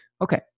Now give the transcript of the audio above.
Okay